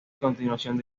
continuación